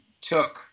took